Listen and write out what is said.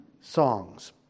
songs